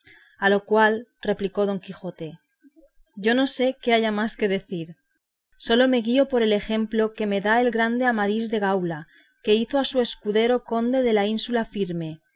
a lo cual replicó don quijote yo no sé que haya más que decir sólo me guío por el ejemplo que me da el grande amadís de gaula que hizo a su escudero conde de la ínsula firme